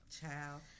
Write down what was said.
child